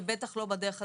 ובטח לא בדרך הזו.